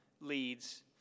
leads